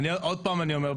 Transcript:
עוד פעם אני אומר,